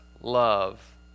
love